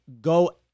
go